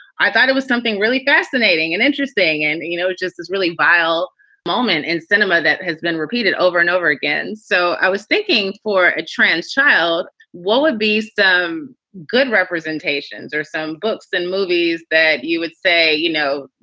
i thought it was something really fascinating and interesting and, you know, just really vile moment in cinema that has been repeated over and over again. so i was thinking for a trans child, what would be some good representations or some books and movies that you would say, you know,